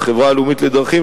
החברה הלאומית לדרכים,